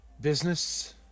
business